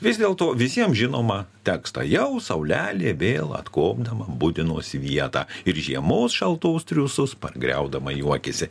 vis dėlto visiems žinomą tekstą jau saulelė vėl atkopdama budino svietą ir žiemos šaltos triūsus pargriaudama juokėsi